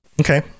okay